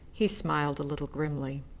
he smiled a little grimly.